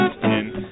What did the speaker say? ten